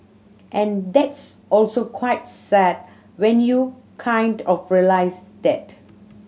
and that's also quite sad when you kind of realise that